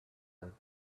him